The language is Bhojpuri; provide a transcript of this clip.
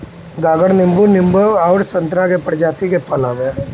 गागर नींबू, नींबू अउरी संतरा के प्रजाति के फल हवे